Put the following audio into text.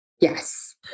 Yes